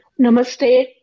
Namaste